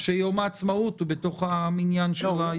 שיום העצמאות הוא במניין של הימים.